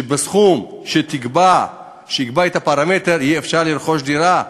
שבסכום שייקבע, הפרמטר, אפשר יהיה לרכוש דירה.